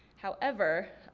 however,